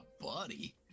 buddy